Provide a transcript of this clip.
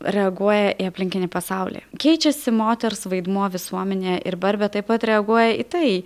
reaguoja į aplinkinį pasaulį keičiasi moters vaidmuo visuomenėje ir barbė taip pat reaguoja į tai